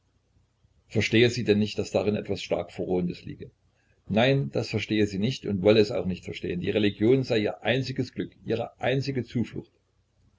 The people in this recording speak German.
verstehe sie denn nicht daß darin etwas stark verrohendes liege nein das verstehe sie nicht und wolle es auch nicht verstehen die religion sei ihr einziges glück ihre einzige zuflucht